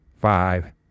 five